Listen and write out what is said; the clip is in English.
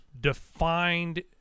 defined